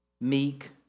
meek